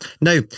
Now